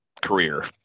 Career